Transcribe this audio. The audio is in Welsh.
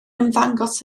ymddangos